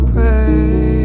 Pray